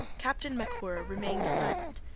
captain macwhirr remained silent,